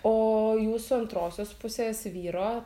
o jūsų antrosios pusės vyro